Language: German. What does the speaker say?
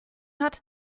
hat